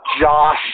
Josh